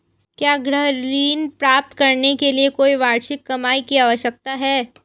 क्या गृह ऋण प्राप्त करने के लिए कोई वार्षिक कमाई की आवश्यकता है?